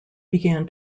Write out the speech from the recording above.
began